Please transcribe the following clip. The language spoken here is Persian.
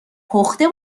پخته